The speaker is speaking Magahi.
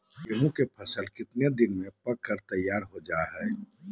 गेंहू के फसल कितने दिन में पक कर तैयार हो जाता है